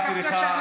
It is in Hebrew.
אתה חושב שאנשים,